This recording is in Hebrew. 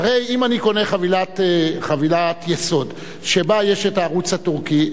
הרי אם אני קונה חבילת יסוד שבה יש הערוץ הטורקי,